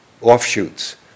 offshoots